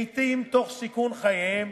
לעתים תוך סיכון חייהם.